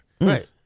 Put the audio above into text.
Right